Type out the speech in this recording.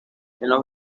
los